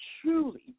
truly